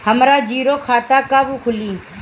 हमरा जीरो खाता कब खुली?